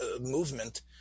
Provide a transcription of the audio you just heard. movement